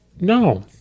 No